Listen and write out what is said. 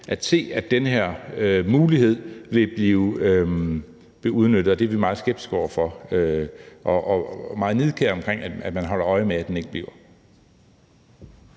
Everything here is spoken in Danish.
at se, at den her mulighed vil blive udnyttet, og det er vi meget skeptiske over for, og vi er meget nidkære med hensyn til, at man holder øje med, at den ikke bliver